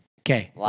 Okay